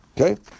Okay